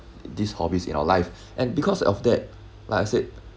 these hobbies in our life and because of that like I said